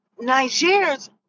Niger's